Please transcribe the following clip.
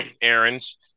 errands